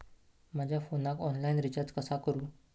माझ्या फोनाक online recharge कसा करू?